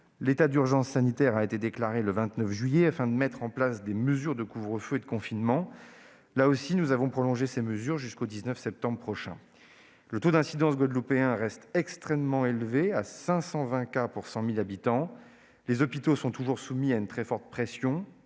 l'état d'urgence sanitaire a été déclaré le 29 juillet, afin de mettre en oeuvre un couvre-feu et des mesures de confinement. Là encore, nous avons décidé de prolonger ces dispositions jusqu'au 19 septembre prochain. Le taux d'incidence en Guadeloupe reste extrêmement élevé- 520 cas pour 100 000 habitants. Les hôpitaux sont toujours soumis à une très forte pression